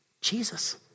Jesus